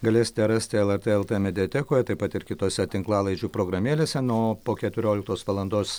galėsite rasti lrt mediatekoje taip pat ir kitose tinklalaidžių programėlėse na o po keturioliktos valandos